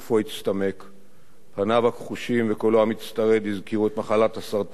פניו הכחושים וקולו המצטרד הזכירו את מחלת הסרטן שכרסמה בו.